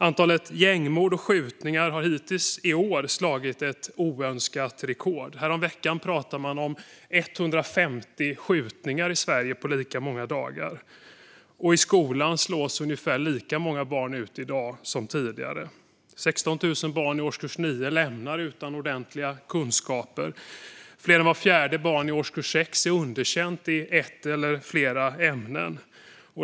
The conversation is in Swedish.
Antalet gängmord och skjutningar har hittills i år satt ett oönskat nytt rekord. Häromveckan pratade man om 150 skjutningar i Sverige på lika många dagar. Och i skolan slås ungefär lika många barn ut i dag som tidigare. Det är 16 000 barn i årskurs 9 som lämnar skolan utan ordentliga kunskaper. Mer än vart fjärde barn i årskurs 6 är underkänt i ett eller flera ämnen.